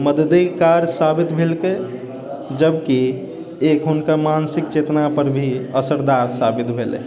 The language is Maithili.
मददेगार साबित भेलके जबकि एक हुनका मानसिक चेतना पर भी असरदार साबित भेलै